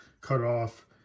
cutoff